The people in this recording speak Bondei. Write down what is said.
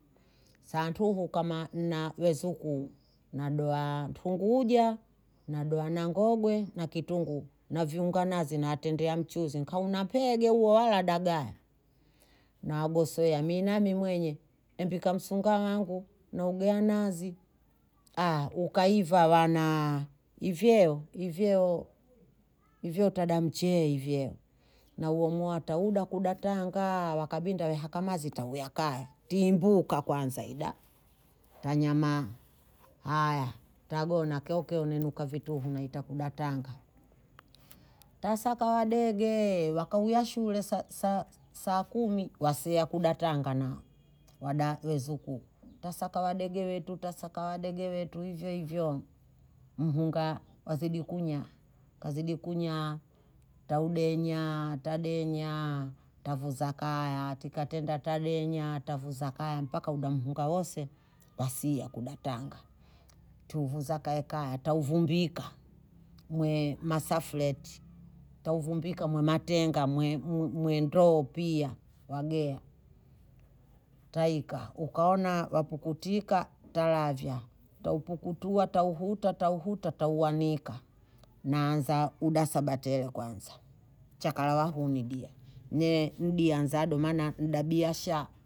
Saantuhu kama wezuku na doa tungu uja, na doa nangogwe, na kitungu. Na viunga nazi na atendi ya mchuzi. Nkahu napege uwaladaga. Na goswe ya minami mwenye. Mpika mtsunga wangu, na ugea nazi. Haa, ukaiva wana Ivieo, ivieo. Ivieo tada mchie ivieo. Na uomua tauda kudatangaaa. Wakabinda wehaka mazi tauyakaya. Tiimbuka kwanzaida. Tanya maa. Haya, tagona keoke onenuka vituhuna. Ita kudatanga. Tasaka wadege. Wakahuya shule sa- sa- saa kumi. Wase ya kudatanga na wezuku. Tasaka wadege wetu, tasaka wadege wetu. Ivieo, ivieo. Mhunga wazidi kunya. Kazidi kunya. Taudenya, tadenya. Tavuzakaya. Tika tenda talenya, tavuzakaya. Mpaka uda mhunga wase, wase ya kudatanga. Tuvuzakaya. Tauvumbika. Mwe masafleti. Tauvumbika mwe matenga, mwe mwe ndroo pia. Wagea. Taika. Ukaona wapukutika, utalavya. Taupukutua, tauhuta, tauhuta, tauwanika. Na anza, uda sabatele kwanza. Chakalawahu nidiya. Ndiyanza domana. Ndabiasha.